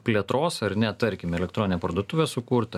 plėtros ar ne tarkim elektroninę parduotuvę sukurt